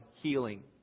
healing